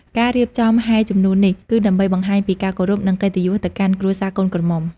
ការរៀបចំហែជំនូននេះគឺដើម្បីបង្ហាញពីការគោរពនិងកិត្តិយសទៅកាន់គ្រួសារកូនក្រមុំ។